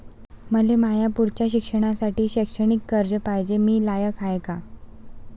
मले माया पुढच्या शिक्षणासाठी शैक्षणिक कर्ज पायजे, मी लायक हाय का?